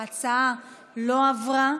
ההצעה לא עברה,